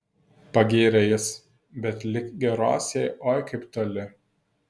pagyrė jis bet lig geros jai oi kaip toli